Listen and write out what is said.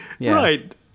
right